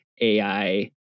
AI